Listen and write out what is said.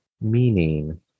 meaning